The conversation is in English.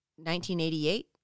1988